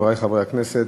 חברי חברי הכנסת,